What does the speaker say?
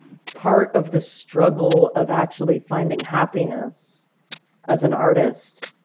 part of the struggle of actually finding happiness as an artist